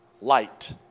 Light